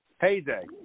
heyday